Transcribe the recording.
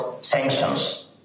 sanctions